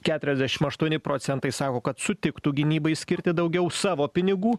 keturiasdešim aštuoni procentai sako kad sutiktų gynybai skirti daugiau savo pinigų